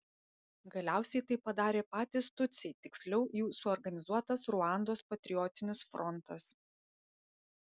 galiausiai tai padarė patys tutsiai tiksliau jų suorganizuotas ruandos patriotinis frontas